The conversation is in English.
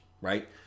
right